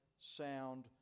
sound